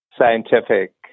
scientific